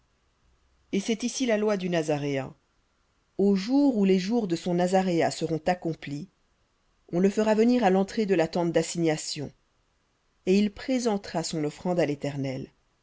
et c'est ici la loi du nazaréen au jour où les jours de son nazaréat seront accomplis on le fera venir à l'entrée de la tente dassignation et il présentera son offrande à l'éternel